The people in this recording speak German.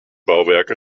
bauwerke